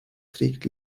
trägt